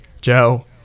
joe